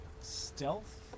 stealth